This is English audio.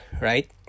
right